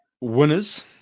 Winners